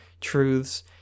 truths